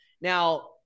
now